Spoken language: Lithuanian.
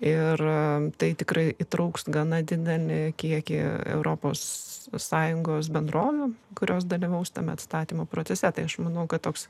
ir tai tikrai įtrauks gana didelį kiekį europos sąjungos bendrovių kurios dalyvaus tame atstatymo procese tai aš manau kad toks